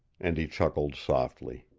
and he chuckled softly.